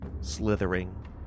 slithering